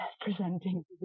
presenting